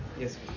Yes